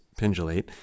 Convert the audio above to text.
pendulate